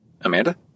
Amanda